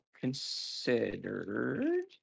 considered